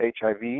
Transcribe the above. HIV